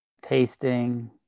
Tasting